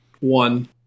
One